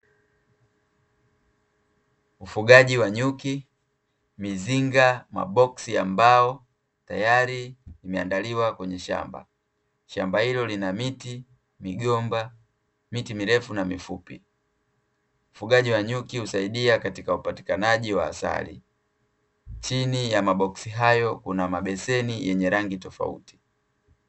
Ufugaji wa nyuki. Mizinga, maboksi ya mbao, tayari yameandaliwa kwenye shamba, shamba hilo lina miti mirefu na mifupi. Ufugaji wa nyuki husaidia katika upatikanaji wa asali. Chini ya maboksi hayo, kuna mabeseni yenye rangi tofauti.